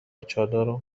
چادر